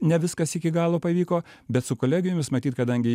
ne viskas iki galo pavyko bet su kolegijomis matyt kadangi